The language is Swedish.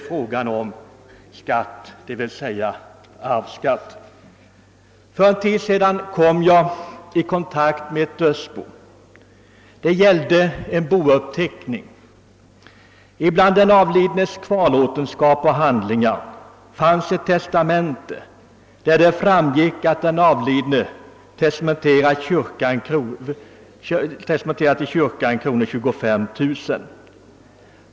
För en tid sedan kom jag i kontakt med ett dödsbo — det gällde en bouppteckning. Bland den avlidnes handlingar fanns ett testamente, enligt vilket 25 000 kronor testamenterades till kyrkan.